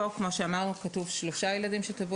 כפי שאמרתי, בשנת 2023 טבעו